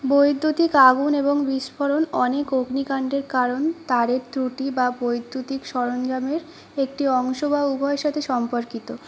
বৈদ্যুতিক আগুন এবং বিস্ফোরণ অনেক অগ্নিকাণ্ডের কারণ তারের ত্রুটি বা বৈদ্যুতিক সরঞ্জামের একটি অংশ বা উভয়ের সাথে সম্পর্কিত